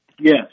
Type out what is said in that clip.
Yes